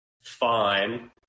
fine